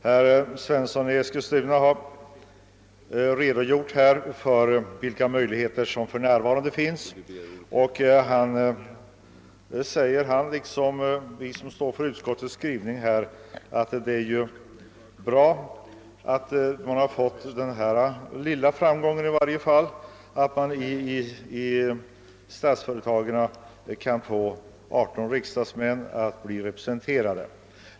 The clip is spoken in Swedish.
Herr Svensson i Eskilstuna har redogjort för vilka möjligheter som för närvarande finns, och han säger liksom vi som står för utskottets skrivning att det är bra att man har uppnått den framgången att riksdagen blir representerad med 18 riksdagsmän i Statsföretag AB.